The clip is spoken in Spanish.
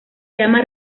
llama